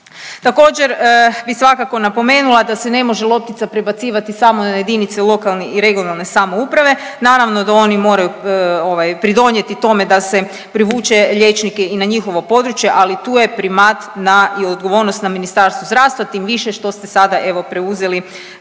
Također bih svakako napomenula se ne može loptica prebacivati samo na jedinice lokalne i regionalne samouprave. Naravno da oni moraju pridonijeti tome da se privuče liječnike i na njihovo područje, ali tu je primat na i odgovornost na Ministarstvu zdravstva tim više što ste sada evo preuzeli